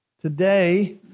today